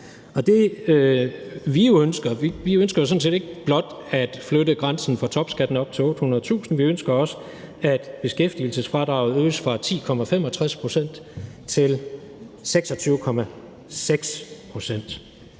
Vi ønsker jo sådan set ikke blot at flytte grænsen for topskat op til 800.000 kr., vi ønsker også, at beskæftigelsesfradraget øges fra 10,65 pct. til 26,60